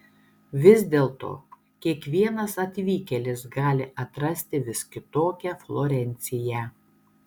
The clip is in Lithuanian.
vis dėlto kiekvienas atvykėlis gali atrasti vis kitokią florenciją